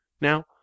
now